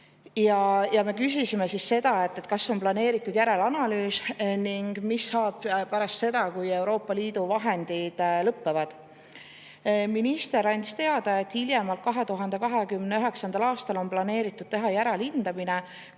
Me küsisime seda, kas on planeeritud järelanalüüs, ning mis saab pärast seda, kui Euroopa Liidu vahendid lõpevad. Minister andis teada, et hiljemalt 2029. aastal on planeeritud teha järelhindamine,